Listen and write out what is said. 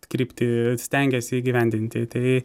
kryptį stengiasi įgyvendinti tai